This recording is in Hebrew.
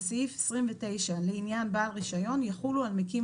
וסעיף 29 לעניין בעל רישיון יחולו על מקים